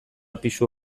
pisu